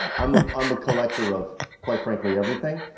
i'm ah i'm a collector of quite frankly, everything.